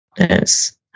Yes